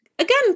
Again